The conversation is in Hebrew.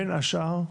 בין השאר,